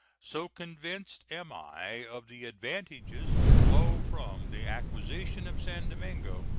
so convinced am i of the advantages to flow from the acquisition of san domingo,